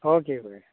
okay बरें